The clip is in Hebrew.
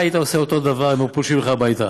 אתה היית עושה אותו דבר אם היו פולשים אליך הביתה.